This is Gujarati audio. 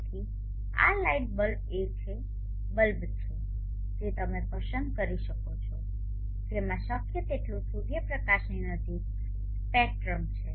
તેથી આ લાઇટ બલ્બ એ બલ્બ છે જે તમે પસંદ કરી શકો છો જેમાં શક્ય તેટલું સૂર્યપ્રકાશની નજીક સ્પેક્ટ્રમ છે